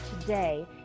today